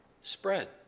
spread